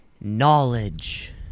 knowledge